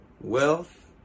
wealth